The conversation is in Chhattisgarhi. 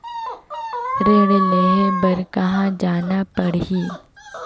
ऋण लेहे बार कहा जाना पड़ही?